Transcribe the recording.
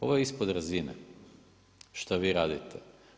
Ovo je ispod razine što vi radite.